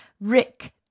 Rick